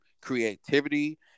creativity